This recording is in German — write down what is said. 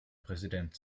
präsident